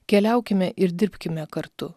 keliaukime ir dirbkime kartu